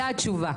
זו התשובה.